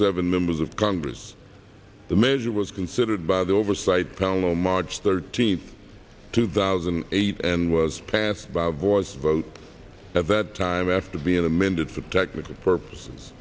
seven members of congress the measure was considered by the oversight panel on march thirteenth two thousand and eight and was passed by voice vote at that time after being amended for practical purposes